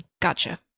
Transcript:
Gotcha